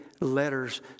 letters